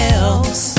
else